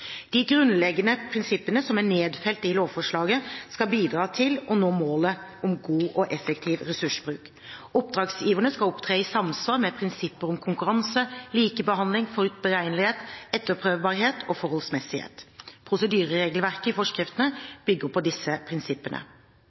De grunnleggende prinsippene som er nedfelt i lovforslaget, skal bidra til å nå målet om god og effektiv ressursbruk. Oppdragsgiverne skal opptre i samsvar med prinsipper om konkurranse, likebehandling, forutberegnelighet, etterprøvbarhet og forholdsmessighet. Prosedyreregelverket i forskriftene bygger på disse prinsippene.